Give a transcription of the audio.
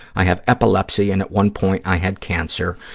i have epilepsy and at one point i had cancer.